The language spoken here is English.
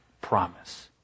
promise